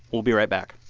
we'll be right back